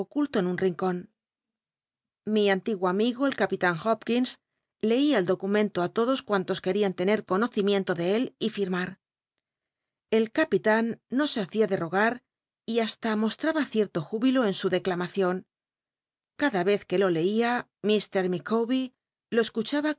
en un rincon mi antiguo amigo el capitan hopkins leia el documento á todos cuantos querían tener conocimiento de él y firmar el capitan no se hacia de rogar y hasta mostl'aba cierto júbilo en su declamacion cada vez que lo leia mr liicawber lo